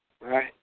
Right